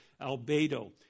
Albedo